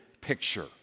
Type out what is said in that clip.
picture